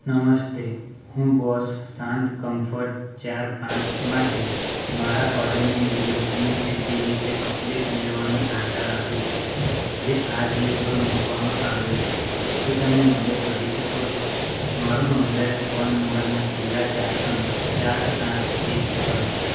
નમસ્તે હું બોસ શાંત કમ્ફર્ટ ચાર પાંચ માટે મારા ઓર્ડરની ડિલેવરીની સ્થિતિ વિશે અપડેટ મેળવવાની આશા રાખું છું જે આજિયો પર મૂકવામાં આવ્યો છે શું તમે મદદ કરી શકો છો મારો નોંધાયેલ ફોન નંબરનાં છેલ્લાં ચાર અંક ચાર સાત એક છ છે